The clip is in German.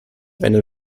eine